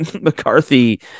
McCarthy